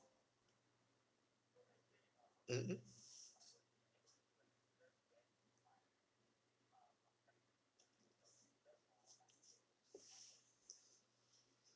mmhmm